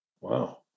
Wow